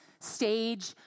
stage